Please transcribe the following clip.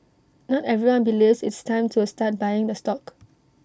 not everyone believes it's time to A start buying the stock